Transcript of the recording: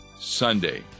Sunday